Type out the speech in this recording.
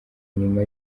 nyuma